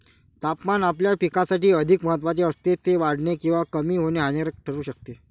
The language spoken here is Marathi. तापमान आपल्या पिकासाठी अधिक महत्त्वाचे असते, ते वाढणे किंवा कमी होणे हानिकारक ठरू शकते